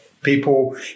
People